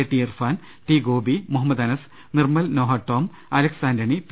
T Irfan T Gopi Muhammad Anas Nirmal Noah Tom Alex Antony P